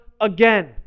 again